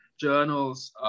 journals